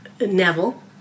Neville